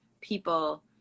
people